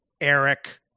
Eric